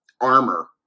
armor